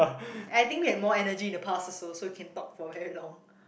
I think they more energy in the past also so you can talk for very long